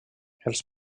els